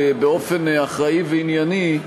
באופן אחראי וענייני,